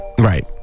Right